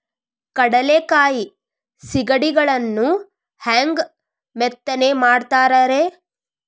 ಕಡಲೆಕಾಯಿ ಸಿಗಡಿಗಳನ್ನು ಹ್ಯಾಂಗ ಮೆತ್ತನೆ ಮಾಡ್ತಾರ ರೇ?